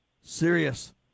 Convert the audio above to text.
serious